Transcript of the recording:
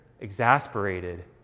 exasperated